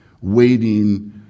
waiting